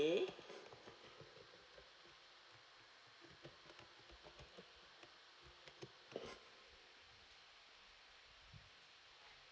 okay